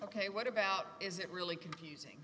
ok what about is it really confusing